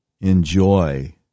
enjoy